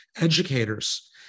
educators